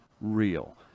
real